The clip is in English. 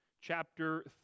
chapter